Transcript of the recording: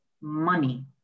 money